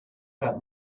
that